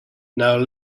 now